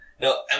No